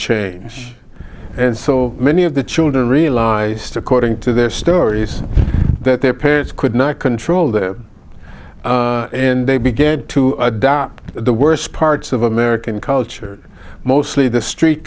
change and so many of the children realized according to their stories that their parents could not control the and they began to adopt the worst parts of american culture mostly the street